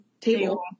table